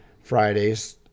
fridays